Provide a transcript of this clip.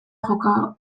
joko